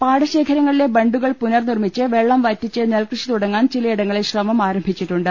പാടശേഖരങ്ങളിലെ ബണ്ടുകൾ പുനർ നിർമ്മിച്ച് വെള്ളം വറ്റിച്ച് നെൽകൃഷി തുടങ്ങാൻ ചിലയിടങ്ങളിൽ ശ്രമം ആരംഭിച്ചിട്ടുണ്ട്